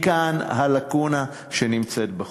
מכאן הלקונה בחוק.